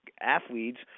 athletes